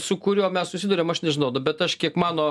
su kuriuo mes susiduriam aš nežinau nu bet aš kiek mano